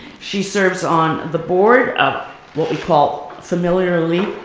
she serves on the board of what we call, familiarly,